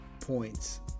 points